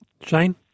Shane